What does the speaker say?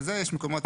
יש מקומות,